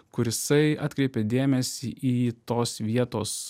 kur jisai atkreipė dėmesį į tos vietos